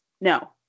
No